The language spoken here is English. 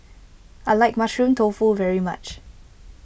I like Mushroom Tofu very much